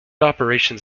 operations